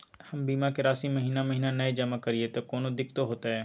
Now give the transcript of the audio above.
हम बीमा के राशि महीना महीना नय जमा करिए त कोनो दिक्कतों होतय?